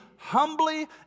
Humbly